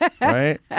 Right